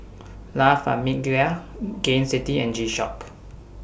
La Famiglia Gain City and G Shock